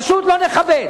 פשוט לא נכבד.